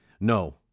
no